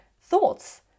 thoughts